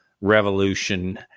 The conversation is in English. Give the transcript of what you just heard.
revolution